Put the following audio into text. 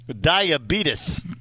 Diabetes